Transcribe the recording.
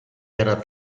era